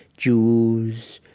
jews,